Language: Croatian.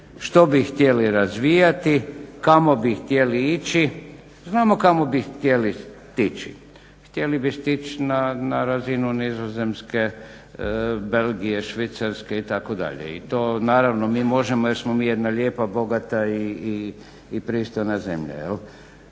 što bi htjeli razvijati, kamo bi htjeli ići. Znamo kamo bi htjeli stići. Htjeli bi stići na razinu Nizozemske, Belgije, Švicarske itd. I to naravno mi možemo jer smo mi jedna lijepa, bogata i pristojna zemlja jel',